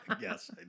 Yes